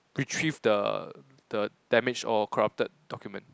retrieve the the damaged or corrupted document